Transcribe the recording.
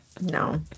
No